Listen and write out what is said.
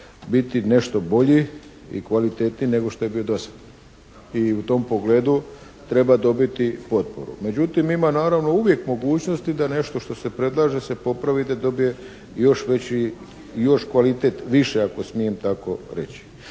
biti nešto bolji i kvalitetniji nego što je bio do sad. I u tom pogledu treba dobiti i potporu. Međutim, ima naravno uvijek mogućnosti da nešto što se predlaže da se popravi i da dobije još veći i još kvalitet više, ako smijem tako reći.